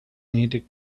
needed